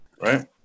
right